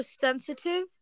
sensitive